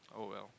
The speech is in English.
oh well